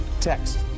text